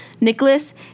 Nicholas